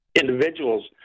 individuals